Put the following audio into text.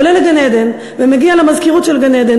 עולה לגן-עדן ומגיע למזכירות של גן-עדן,